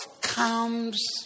comes